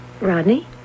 Rodney